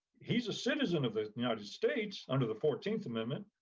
he's a citizen of the united states under the fourteenth amendment,